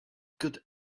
good